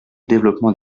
développement